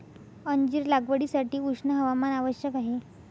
अंजीर लागवडीसाठी उष्ण हवामान आवश्यक आहे